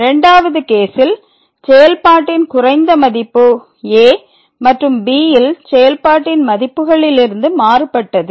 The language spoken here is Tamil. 2 வது கேசில் செயல்பாட்டின் குறைந்த மதிப்பு a மற்றும் b ல் செயல்பாட்டின் மதிப்புகளில் இருந்து மாறுபட்டது